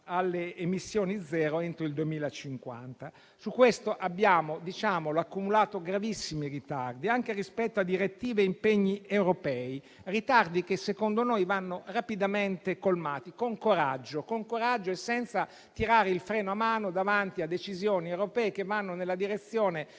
alle emissioni zero entro il 2050. Su questo abbiamo accumulato gravissimi ritardi - diciamolo - anche rispetto a direttive e impegni europei; ritardi che - secondo noi - vanno rapidamente colmati, con coraggio e senza tirare il freno a mano davanti a decisioni europee che vanno nella direzione di